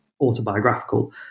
autobiographical